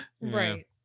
right